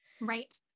Right